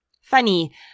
Funny